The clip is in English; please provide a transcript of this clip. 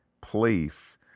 place